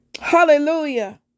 Hallelujah